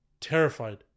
Terrified